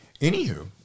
Anywho